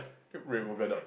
red polka dots